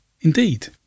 indeed